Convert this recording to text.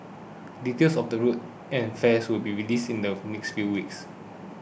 details of the route and fares will be released in the next few weeks